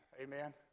Amen